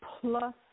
plus